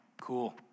cool